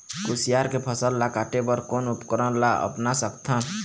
कुसियार के फसल ला काटे बर कोन उपकरण ला अपना सकथन?